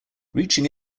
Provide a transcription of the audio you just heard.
reaching